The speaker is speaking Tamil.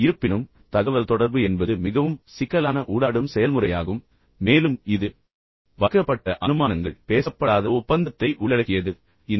இருப்பினும் தகவல் தொடர்பு என்பது மிகவும் சிக்கலான ஊடாடும் செயல்முறையாகும் மேலும் இது பகிரப்பட்ட அனுமானங்கள் மற்றும் பேசப்படாத ஒப்பந்தத்தை உள்ளடக்கியது என்பதை நாங்கள் கண்டறிந்தோம்